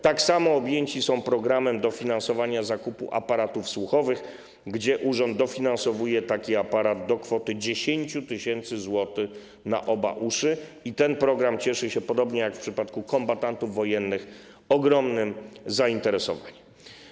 Tak samo objęci są programem dofinansowania zakupu aparatów słuchowych, w ramach którego urząd dofinansowuje taki aparat do kwoty 10 tys. zł na oba uszy, i ten program cieszy się, podobnie jak w przypadku kombatantów wojennych, ogromnym zainteresowaniem.